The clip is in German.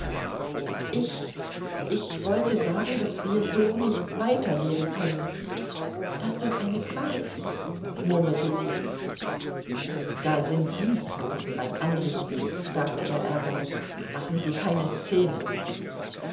ich ich wollte sagen daß wir so nicht weiterleben können daß das eine qual ist murmelte sie da sind dienstboten beim anrichten sagte er ärgerlich machen sie keine szene